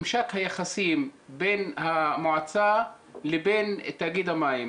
ממשק היחסים בין המועצה לבין תאגיד המים.